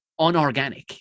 unorganic